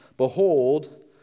Behold